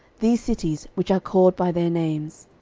these cities, which are called by their names.